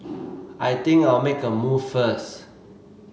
I think I'll make a move first